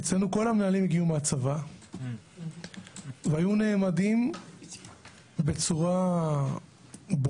אצלנו כל המנהלים הגיעו מהצבא והיו נעמדים בצורה ברוטלית